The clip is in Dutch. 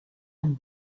een